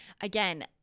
again